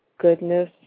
goodness